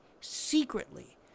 secretly